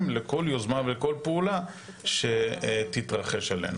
לכל יוזמה וכל פעולה שתתרחש אלינו.